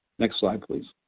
next slide please.